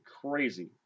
crazy